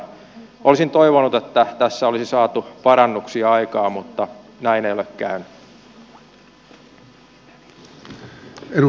olisin toivonut että tässä olisi saatu parannuksia aikaan mutta näin ei ole käynyt